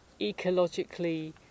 ecologically